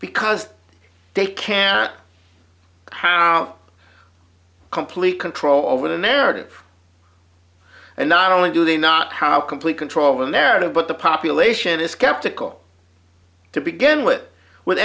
because they can't how complete control over the narrative and not only do they not how complete control the narrative but the population is skeptical to begin with with